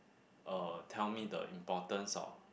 uh tell me the importance of